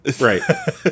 Right